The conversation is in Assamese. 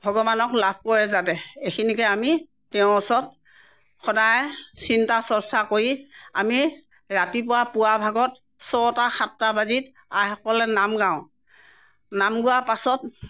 ভগৱানক লাভ কৰে যাতে এইখিনিকে আমি তেওঁৰ ওচৰত সদায় চিন্তা চৰ্চা কৰি আমি ৰাতিপুৱা পুৱা ভাগত ছটা সাতটা বজাত আইসকলে নাম গাওঁ নাম গোৱা পাছত